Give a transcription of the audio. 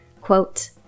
Quote